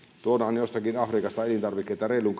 tuodaan jostakin afrikasta elintarvikkeita reilun